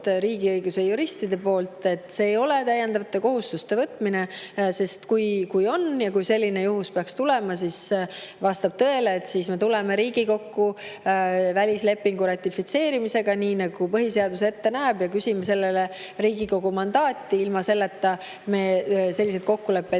riigiõiguse juristid igatpidi [kontrollinud], et see ei ole täiendavate kohustuste võtmine. Kui see oleks ja kui selline juhus peaks tulema, siis vastab tõele, et me tuleme Riigikokku välislepingu ratifitseerimiseks, nii nagu põhiseadus ette näeb, ja küsime selleks Riigikogu mandaati – ilma selleta me selliseid kokkuleppeid